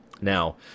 Now